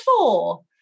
four